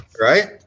Right